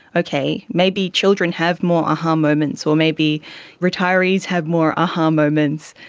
okay, maybe children have more a-ha moments or maybe retirees have more a-ha moments,